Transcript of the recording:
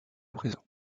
présent